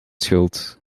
schuld